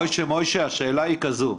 מויישה, השאלה היא כזו,